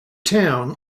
town